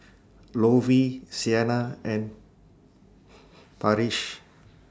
Lovey Siena and Parrish